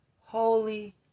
holy